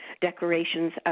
decorations